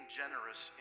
generous